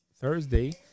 Thursday